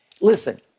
Listen